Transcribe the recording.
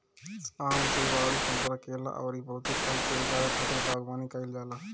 आम, सेब, आडू, संतरा, केला अउरी बहुते फल के उगावे खातिर बगवानी कईल जाला